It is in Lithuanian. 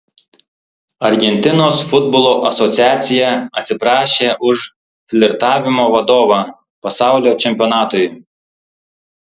argentinos futbolo asociacija atsiprašė už flirtavimo vadovą pasaulio čempionatui